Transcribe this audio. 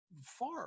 far